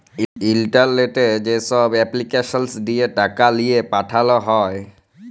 ইলটারলেটে যেছব এপলিকেসল দিঁয়ে টাকা লিঁয়ে পাঠাল হ্যয়